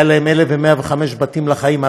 היו להם 1,105 בתים לחיים,